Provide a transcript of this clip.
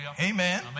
Amen